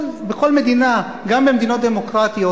אבל בכל מדינה, גם במדינות דמוקרטיות,